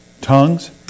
tongues